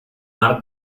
mar